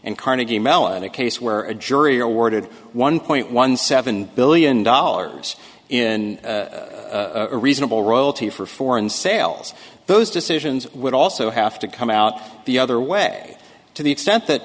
and carnegie mellon a case where a jury awarded one point one seven billion dollars in a reasonable royalty for foreign sales those decisions would also have to come out the other way to the extent that